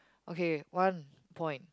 okay one point